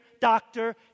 doctor